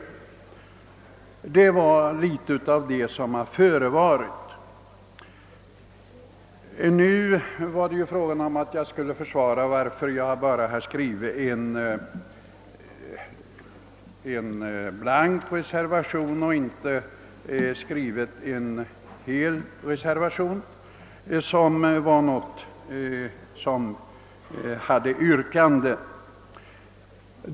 Detta är alltså litet av vad som har förevarit i ärendet. Nu skulle jag ju försvara, varför jag bara har avgivit en blank reservation och inte skrivit en reservation med något yrkande.